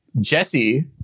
Jesse